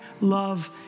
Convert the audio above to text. love